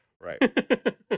Right